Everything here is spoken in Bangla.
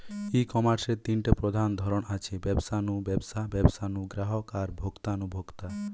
ই কমার্সের তিনটা প্রধান ধরন আছে, ব্যবসা নু ব্যবসা, ব্যবসা নু গ্রাহক আর ভোক্তা নু ভোক্তা